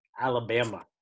Alabama